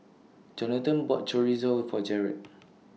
Jonathon bought Chorizo For Jered